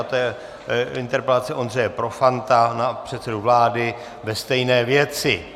To je interpelace Ondřeje Profanta na předsedu vlády ve stejné věci.